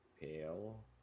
pale